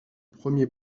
premier